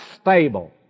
stable